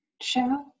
show